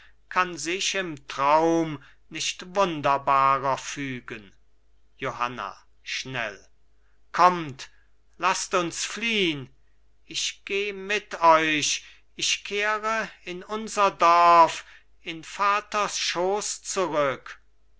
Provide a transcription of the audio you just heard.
kann sich im traum nicht wunderbarer fügen johanna schnell kommt laßt uns fliehn ich geh mit euch ich kehre in unser dorf in vaters schoß zurück